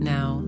Now